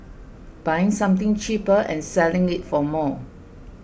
buying something cheaper and selling it for more